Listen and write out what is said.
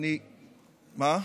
מה?